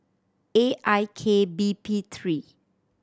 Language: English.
A I K B P three